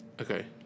Okay